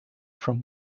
from